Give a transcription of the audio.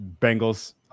Bengals